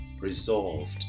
Resolved